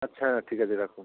আচ্ছা ঠিক আছে রাখুন